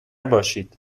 باشید